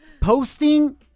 posting